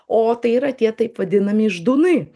o tai yra tie taip vadinami žduny